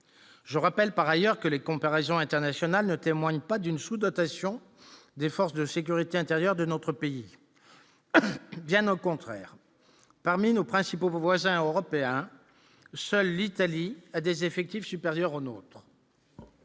je rappelle par ailleurs que les comparaisons internationales ne témoigne pas d'une sous-dotation des forces de sécurité intérieure de notre pays, bien au contraire parmi nos principaux voisins européens, seule l'Italie a des effectifs supérieurs aux nôtres.